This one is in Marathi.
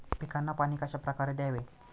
पिकांना पाणी कशाप्रकारे द्यावे?